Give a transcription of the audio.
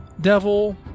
devil